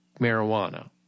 marijuana